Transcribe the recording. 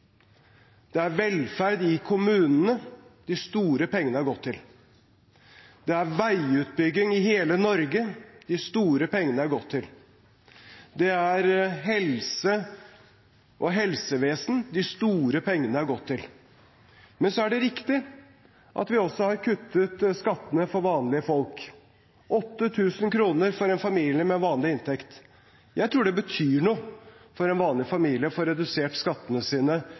Det er velferd i kommunene de store pengene har gått til. Det er veiutbygging i hele Norge de store pengene har gått til. Det er helse og helsevesen de store pengene har gått til. Men så er det riktig at vi også har kuttet skattene for vanlige folk – 8 000 kr for en familie med vanlig inntekt. Jeg tror det betyr noe for en vanlig familie å få redusert skattene sine